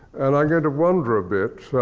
and i'm going to wander a bit